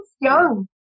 young